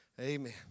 Amen